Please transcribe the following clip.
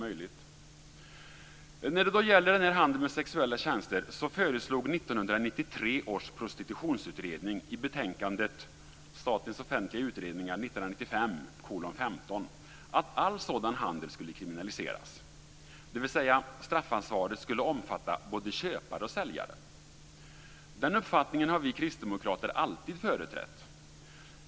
SOU 1995:15 att all sådan handel skulle kriminaliseras, dvs. straffansvaret skulle omfatta både köpare och säljare. Den uppfattningen har vi kristdemokrater alltid företrätt.